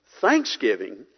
thanksgiving